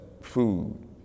food